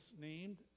named